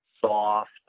soft